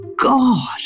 God